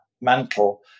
mantle